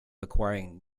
acquiring